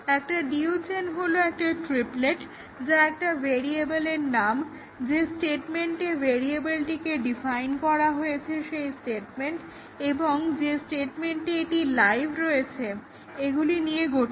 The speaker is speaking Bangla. একটা DU চেন হলো একটা ট্রিপলেট যা একটা ভেরিয়েবলের নাম যে স্টেটমেন্টে ভেরিয়াবলেটিকে ডিফাইন করা হয়েছে সেই স্টেটমেন্ট এবং যে স্টেটমেন্টে এটি লাইভ আছে এগুলি নিয়ে গঠিত